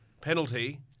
penalty